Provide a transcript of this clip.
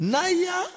Naya